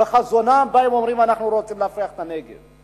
בחזונם שבו הם אומרים: אנחנו רוצים להפריח את הנגב.